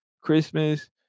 Christmas